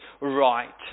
right